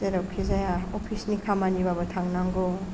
जेरावखि जाया अफिस नि खामानिबाबो थांनांगौ